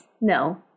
No